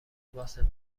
واسه